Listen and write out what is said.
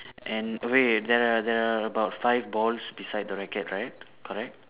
and wait there are there are about five balls beside the rackets right correct